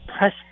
press